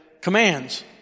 commands